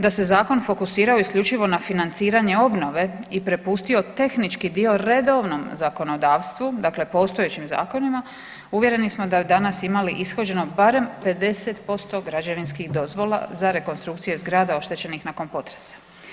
Da se zakon fokusirao isključivo na financiranje obnove i prepustio tehnički dio redovnom zakonodavstvu dakle postojećim zakonima uvjereni smo da bi danas imali ishođeno barem 50% građevinskih dozvola za rekonstrukcije zgrada oštećenih nakon potresa.